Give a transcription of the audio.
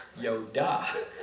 Yoda